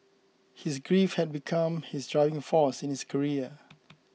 his grief had become his driving force in his career